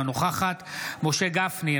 אינה נוכחת משה גפני,